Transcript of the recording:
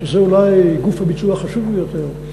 שזה אולי גוף הביצוע החשוב ביותר,